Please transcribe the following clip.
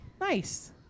Nice